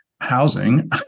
housing